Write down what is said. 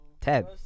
Ted